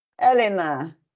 Elena